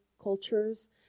cultures